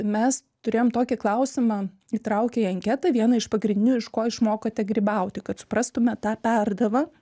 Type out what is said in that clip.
mes turėjom tokį klausimą įtraukę į anketą vieną iš pagrindinių iš ko išmokote grybauti kad suprastume tą perdavą